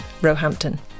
Roehampton